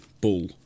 bull